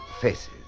faces